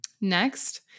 Next